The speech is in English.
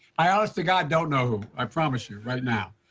i honest to god don't know, i promise you right now.